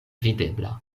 videbla